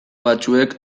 batzuek